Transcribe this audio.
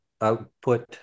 output